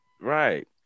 Right